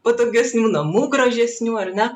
patogesnių namų gražesnių ar ne